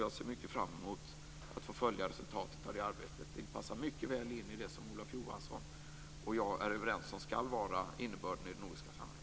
Jag ser fram emot att följa resultatet i arbetet. Det passar mycket väl in i det som Olof Johansson och jag är överens om skall vara innebörden i det nordiska samarbetet.